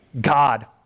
God